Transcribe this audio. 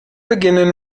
beginnen